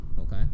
Okay